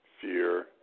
fear